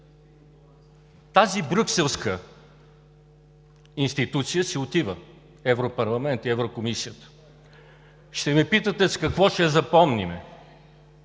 Тази брюкселска институция си отива – Европарламентът и Еврокомисията. Ще ме питате: с какво ще я запомним?